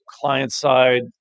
client-side